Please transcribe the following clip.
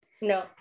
no